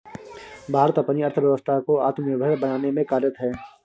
भारत अपनी अर्थव्यवस्था को आत्मनिर्भर बनाने में कार्यरत है